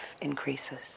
increases